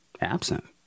absent